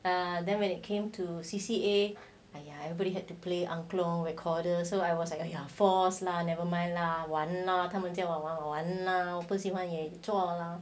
and then when it came to C_C_A !aiya! everybody had to play angklung recorder so I was like force lah never mind lah [one] lah 他们叫我玩玩玩玩啦我不喜欢也做啦